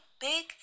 Big